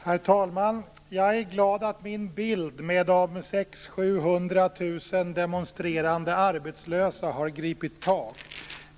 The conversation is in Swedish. Herr talman! Jag är glad att min bild med de 600 000-700 000 demonstrerande arbetslösa har gripit tag.